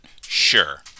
sure